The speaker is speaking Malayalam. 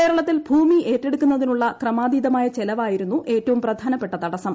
കേരളത്തിൽ ഭൂമി ഏറ്റെടുക്കുന്നതിനുള്ള ക്രമാതീതമായ ചെലവായിരുന്നു ഏറ്റവും പ്രധാനപ്പെട്ട തടസ്സം